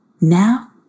Now